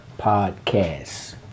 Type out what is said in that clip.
podcast